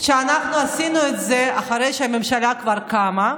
שאנחנו עשינו את זה אחרי שהממשלה כבר קמה.